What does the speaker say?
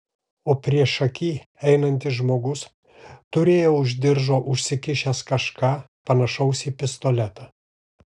o priešaky einantis žmogus turėjo už diržo užsikišęs kažką panašaus į pistoletą